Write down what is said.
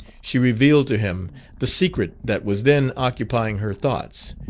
she revealed to him the secret that was then occupying her thoughts,